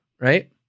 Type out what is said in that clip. right